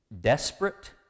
desperate